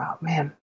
man